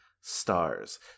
stars